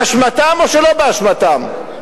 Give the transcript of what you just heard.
באשמתם או שלא באשמתם.